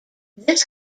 this